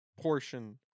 portion